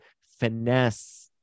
finesse